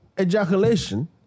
ejaculation